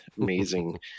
amazing